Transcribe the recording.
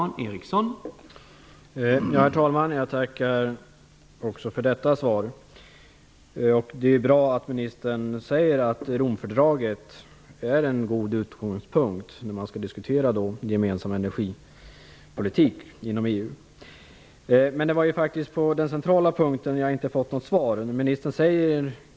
Herr talman! Jag tackar också för detta svar. Det är bra att ministern säger att Romfördraget är en god utgångspunkt när man skall diskutera en gemensam energipolitik inom EU. Men på den centrala punkten har jag inte fått något svar.